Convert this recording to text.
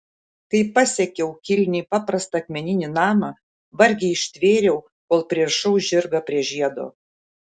kai pasiekiau kilniai paprastą akmeninį namą vargiai ištvėriau kol pririšau žirgą prie žiedo